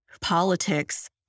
politics